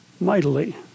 mightily